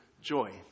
joy